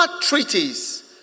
treaties